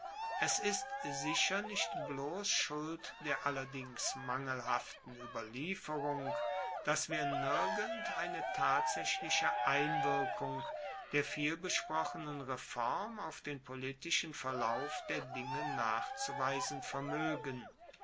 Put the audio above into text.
es ist sicher nicht bloss schuld der allerdings mangelhaften ueberlieferung dass wir nirgend eine tatsaechliche einwirkung der vielbesprochenen reform auf den politischen verlauf der dinge nachzuweisen vermoegen